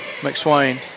McSwain